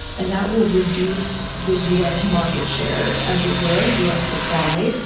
and that will reduce the us market share, as it were, us supply,